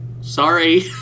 Sorry